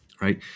right